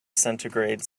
centigrade